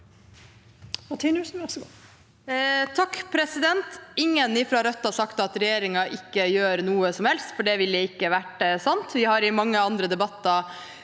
Ingen fra Rødt har sagt at regjeringen ikke gjør noe som helst, for det ville ikke vært sant.